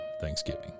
Thanksgiving